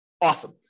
Awesome